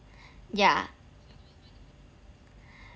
yeah